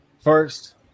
first